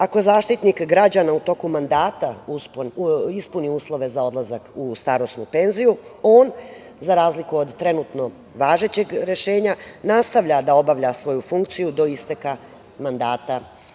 ako Zaštitnik građana u toku mandata ispuni uslove za odlazak u starosnu penziju, on za razliku od trenutno važećeg rešenja, nastavlja da obavlja svoju funkciju do isteka mandata